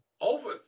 over